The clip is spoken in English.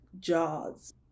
Jaws